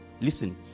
Listen